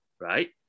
Right